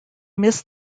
missed